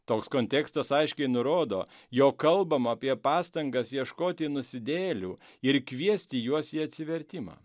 toks kontekstas aiškiai nurodo jog kalbam apie pastangas ieškoti nusidėjėlių ir kviesti juos į atsivertimą